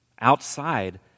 outside